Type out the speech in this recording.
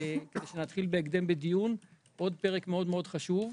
עוד פרק מאוד חשוב,